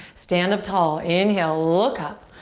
stand up tall. inhale, look up.